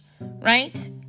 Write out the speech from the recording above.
right